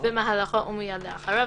במהלכו ומיד לאחריו,